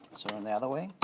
so and the other way